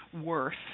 worth